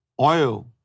oil